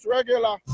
Regular